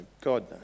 God